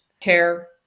care